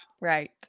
Right